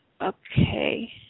okay